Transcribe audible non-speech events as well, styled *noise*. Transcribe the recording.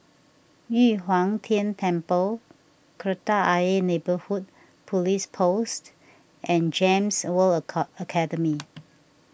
Yu Huang Tian Temple Kreta Ayer Neighbourhood Police Post and Gems World *hesitation* Academy